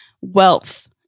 wealth